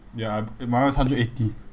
ya I my one is hundred eighty